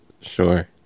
Sure